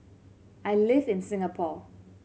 I live in Singapore